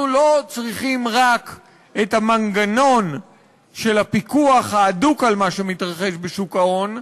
אנחנו לא צריכים רק את המנגנון של הפיקוח ההדוק על מה שמתרחש בשוק ההון,